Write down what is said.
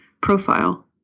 profile